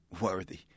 worthy